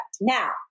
Now